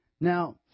Now